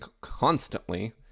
constantly